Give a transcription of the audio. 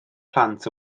plant